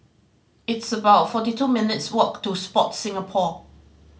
it's about fourty two minutes' walk to Sport Singapore